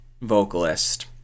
vocalist